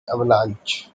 avalanche